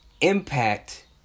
impact